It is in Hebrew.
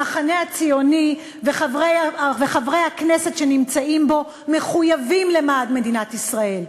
המחנה הציוני וחברי הכנסת שנמצאים בו מחויבים למדינת ישראל.